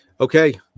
Okay